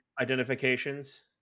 identifications